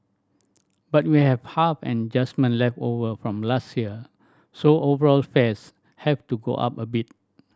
but we have half an adjustment left over from last year so overall fares have to go up a bit